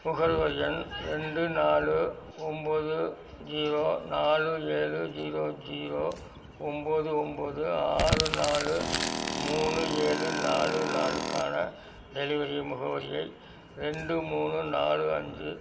நுகர்வோர் எண் ரெண்டு நாலு ஒம்போது ஜீரோ நாலு ஏழு ஜீரோ ஜீரோ ஒம்போது ஒம்போது ஆறு நாலு மூணு ஏழு நாலு நாலு க்கான டெலிவரி முகவரியை ரெண்டு மூணு நாலு அஞ்சு